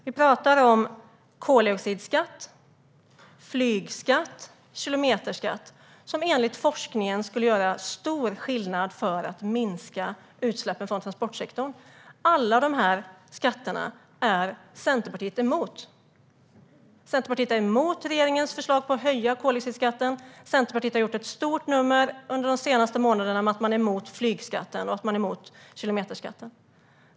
Vi talar om koldioxidskatt, flygskatt och kilometerskatt som enligt forskningen skulle göra stor skillnad för att minska utsläppen från transportsektorn. Alla dessa skatter är Centerpartiet emot. Centerpartiet är emot regeringens förslag om att höja koldioxidskatten. Centerpartiet har under de senaste månaderna gjort ett stort nummer av att man är emot flygskatten och att man är emot kilometerskatten.